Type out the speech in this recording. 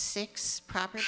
six property